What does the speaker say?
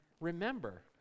remember